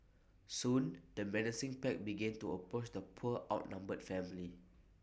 soon the menacing pack began to approach the poor outnumbered family